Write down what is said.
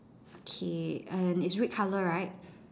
okay and it's red color right